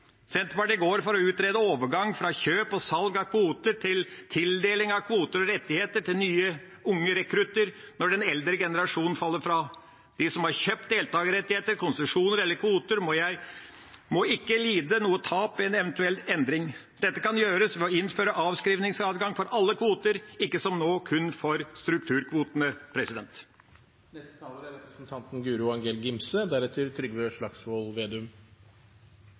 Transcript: Senterpartiet går inn for å utrede overgang fra kjøp og salg av kvoter til tildeling av kvoter og rettigheter til nye unge rekrutter når den eldre generasjonen faller fra. De som har kjøpt deltagerrettigheter, konsesjoner eller kvoter, må ikke lide noe tap ved en eventuell endring. Dette kan gjøres ved å innføre avskrivningsadgang for alle kvoter – ikke kun for strukturkvotene, som nå. Det er behov for